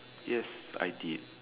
yes I did